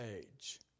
age